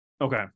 okay